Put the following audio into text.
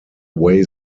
way